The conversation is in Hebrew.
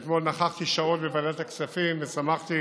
אתמול נכחתי שעות בוועדת הכספים ושמחתי